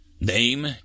Name